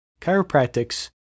chiropractics